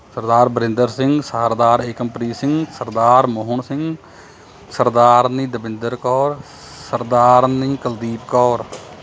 Sardar Barinder Singh Sardar Ekampreet Singh Sardar Mohan Singh Sardarni Davinder Kaur Sardarni Kuldeep Kaur